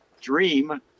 dream